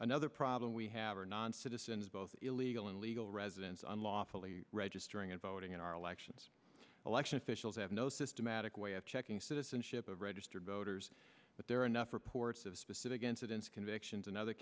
another problem we have are non citizens both illegal and legal residents unlawfully registering and voting in our elections election officials have no systematic way of checking citizenship of registered voters but there are enough reports of specific incidents convictions and other